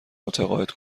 متقاعد